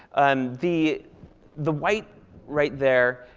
um the the white right there,